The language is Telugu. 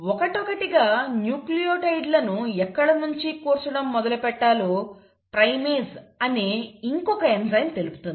ఒకటొకటిగా న్యూక్లియోటైడ్ లను ఎక్కడ నుండి కూర్చడం మొదలుపెట్టాలో ప్రైమేస్ అనే ఇంకొక ఎంజైమ్ తెలుపుతుంది